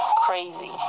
crazy